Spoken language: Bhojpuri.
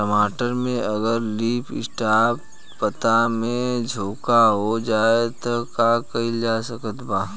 टमाटर में अगर लीफ स्पॉट पता में झोंका हो जाएँ त का कइल जा सकत बा?